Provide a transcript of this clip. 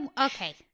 Okay